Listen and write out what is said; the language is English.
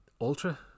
Ultra